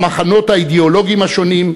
המחנות האידיאולוגים השונים,